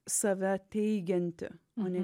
save teigianti o ne